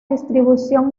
distribución